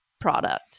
product